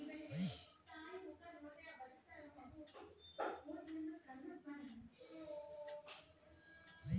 ethical ಬ್ಯಾಂಕ್ನ ಮುಖ್ಯ ಗುರಿ ಸುಸ್ಥಿರ ಅಭಿವೃದ್ಧಿಯನ್ನು ಸಾಧಿಸುವುದು